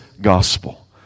gospel